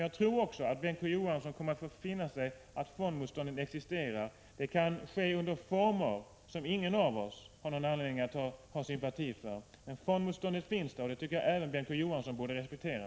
Jag tror att också Bengt K. Å. Johansson kommer att få finna sig i att det existerar ett fondmotstånd. Detta kan ske i former som ingen av oss har någon anledning att hysa sympati för. Men det finns alltså ett fondmotstånd, och det tycker jag att även Bengt K. Å. Johansson borde respektera.